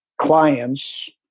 clients